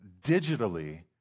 digitally